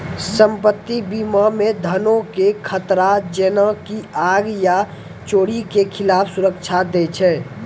सम्पति बीमा मे धनो के खतरा जेना की आग या चोरी के खिलाफ सुरक्षा दै छै